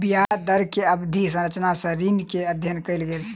ब्याज दर के अवधि संरचना सॅ ऋण के अध्ययन कयल गेल